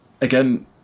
again